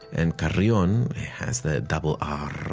and carrion has the double r,